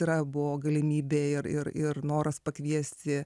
yra buvo galimybė ir ir ir noras pakviesti